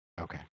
Okay